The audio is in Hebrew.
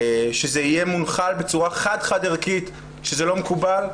שזה יהיה מונחל בצורה חד-חד ערכית שזה לא מקובל.